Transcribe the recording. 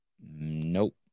Nope